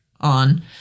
on